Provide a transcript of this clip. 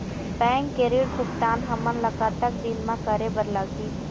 Bank के ऋण भुगतान हमन ला कतक दिन म करे बर लगही?